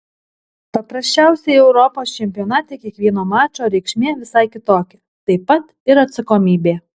paprasčiausiai europos čempionate kiekvieno mačo reikšmė visai kitokia taip pat ir atsakomybė